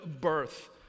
birth